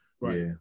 right